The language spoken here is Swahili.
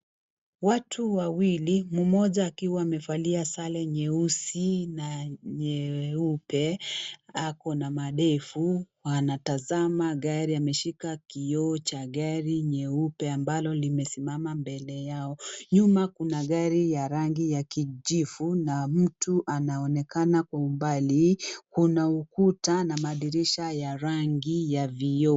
Watu wawili mmoja akiwa amevalia sare nyeusi na nyeupe ako na madevu anatazama gari ameshika kioo cha gari nyeupe ambalo limesimama mbele yao nyuma kuna gari ya rangi ya kijivu na mtu anaonekana kwa umbali kuna ukuta na madirisha ya rangi ya vioo.